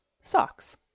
socks